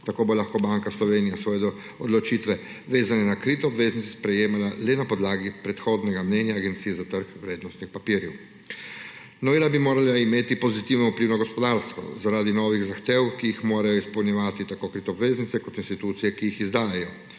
Tako bo lahko Banka Slovenije svoje odločitve, vezane na krite obveznice, sprejemala le na podlagi predhodnega mnenja Agencije za trg vrednostnih papirjev. Novela bi morala imeti pozitiven vpliv na gospodarstvo zaradi novih zahtev, ki jih morajo izpolnjevati tako krite obveznice kot institucije, ki jih izdajajo.